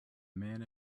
man